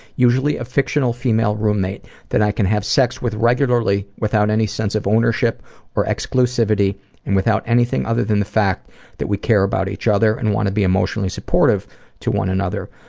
usually a fictional female roommate who i can have sex with regularly without any sense of ownership or exclusivity and without anything other than the fact that we care about each other and want to be emotionally supportive to one another.